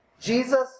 Jesus